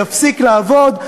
יפסיק לעבוד,